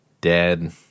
dead